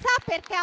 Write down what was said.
Sa perché